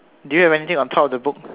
do you have anything on top of the book